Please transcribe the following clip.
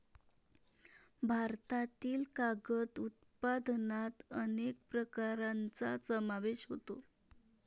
भारतातील कागद उत्पादनात अनेक प्रकारांचा समावेश होतो